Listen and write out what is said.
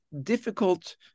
difficult